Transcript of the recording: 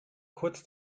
kurz